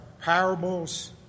parables